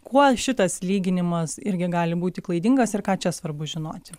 kuo šitas lyginimas irgi gali būti klaidingas ir ką čia svarbu žinoti